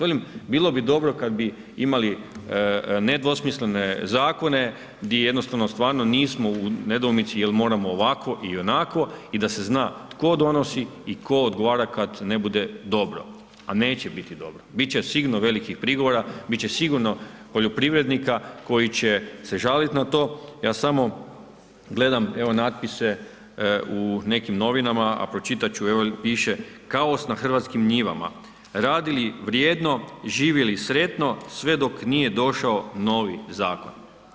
Velim, bilo bi dobro kad bi imali nedvosmislene zakone gdje jednostavno stvarno nismo u nedoumici jel moramo ovako ili onako i da se zna tko donosi i tko odgovara kad ne bude dobro a neće biti dobro, bit će sigurno velikih prigovora, bit će sigurno poljoprivrednika koji će se žaliti na to, ja samo gledam, evo natpise u nekim novinama a pročitat ću, evo piše „Kaos na hrvatskim njivama, radili vrijedno, živjeli sretno sve dok nije došao novi zakon“